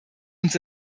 uns